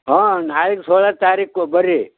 ಹ್ಞೂ ನಾಳೆಗೆ ಸೌದ ತಾರೀಕು ಬರ್ರಿ